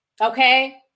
Okay